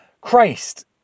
Christ